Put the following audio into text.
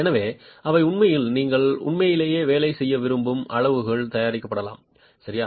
எனவே அவை உண்மையில் நீங்கள் உண்மையிலேயே வேலை செய்ய விரும்பும் அளவுகளுக்கு தயாரிக்கப்படலாம் சரியா